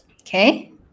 Okay